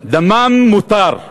דמם מותר,